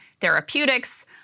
Therapeutics